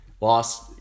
lost